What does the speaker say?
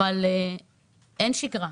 אבל אין שגרה,